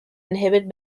inhibit